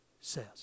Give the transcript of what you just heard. says